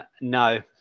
No